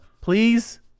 Please